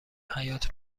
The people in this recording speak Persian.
حیاط